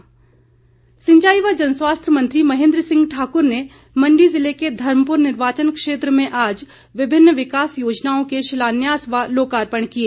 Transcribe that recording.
महेन्द्र सिंह सिंचाई व जनस्वास्थ्य मंत्री महेन्द्र सिंह ठाकुर ने मण्डी जिले के धर्मपुर निर्वाचन क्षेत्र में आज विभिन्न विकास योजनाओं के शिलान्यास व लोकार्पण किए